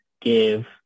give